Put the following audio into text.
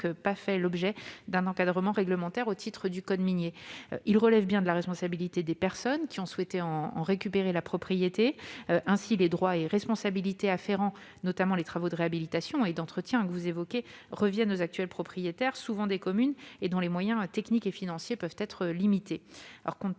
pas fait l'objet d'un encadrement réglementaire au titre du code minier. Ces ouvrages relèvent bien de la responsabilité des personnes qui ont souhaité en récupérer la propriété. Ainsi les droits et responsabilités afférents, notamment les travaux de réhabilitation et d'entretien que vous évoquez, reviennent-ils aux actuels propriétaires, souvent des communes, dont les moyens techniques et financiers sont parfois limités.